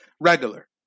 regular